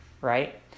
right